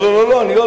לא, לא.